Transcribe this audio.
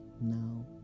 now